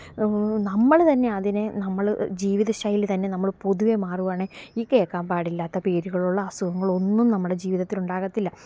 നമ്മള് തന്നെ അതിനെ നമ്മള് ജീവിത ശൈലി തന്നെ നമ്മള് പൊതുവെ മാറുവാണെങ്കില് ഈ കേക്കാമ്പാടില്ലാത്ത പേരുകളുള്ള അസുഖങ്ങളൊന്നും നമ്മുടെ ജീവിതത്തിലുണ്ടാകത്തില്ല